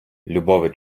любов